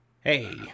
Hey